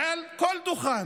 מעל כל דוכן